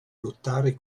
lottare